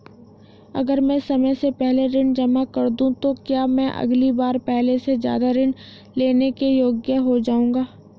अगर मैं समय से पहले ऋण जमा कर दूं तो क्या मैं अगली बार पहले से ज़्यादा ऋण लेने के योग्य हो जाऊँगा?